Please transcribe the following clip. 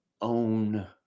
own